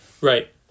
Right